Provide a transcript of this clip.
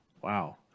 wow